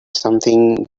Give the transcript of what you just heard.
something